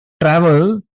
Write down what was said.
travel